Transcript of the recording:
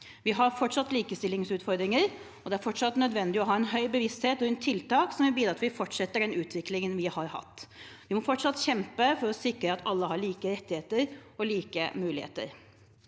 Vi har fortsatt likestillingsutfordringer, og det er fortsatt nødvendig å ha en høy bevissthet rundt tiltak som bidrar til å fortsette den utviklingen vi har hatt. Vi må fortsatt kjempe for å sikre at alle har like rettigheter og like muligheter.